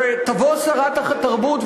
תבוא שרת התרבות,